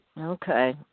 Okay